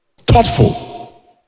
thoughtful